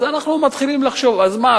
אנחנו מתחילים לחשוב: אז מה,